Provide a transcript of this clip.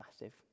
Massive